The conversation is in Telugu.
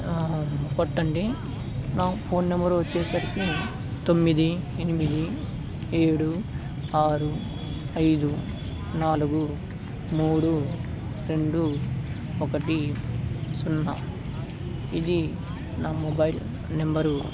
కొట్టండి నా ఫోన్ నెంబరు వచ్చేసరికి తొమ్మిది ఎనిమిది ఏడు ఆరు ఐదు నాలుగు మూడు రెండు ఒకటి సున్నా ఇది నా మొబైల్ నెంబరు